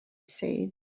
said